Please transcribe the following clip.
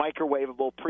microwavable